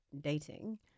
dating